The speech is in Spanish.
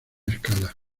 escala